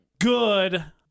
good